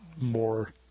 more